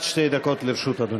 עד שתי דקות לרשות אדוני.